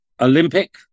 olympic